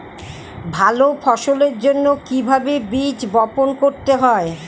ভালো ফসলের জন্য কিভাবে বীজ বপন করতে হবে?